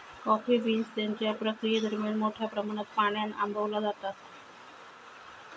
coffee beans त्यांच्या प्रक्रियेदरम्यान मोठ्या प्रमाणात पाण्यान आंबवला जाता